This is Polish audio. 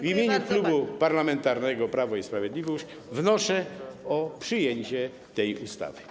W imieniu Klubu Parlamentarnego Prawo i Sprawiedliwość wnoszę o przyjęcie tej ustawy.